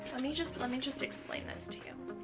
me just let me just explain this to you,